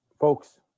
folks